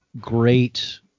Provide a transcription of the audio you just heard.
great